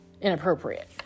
inappropriate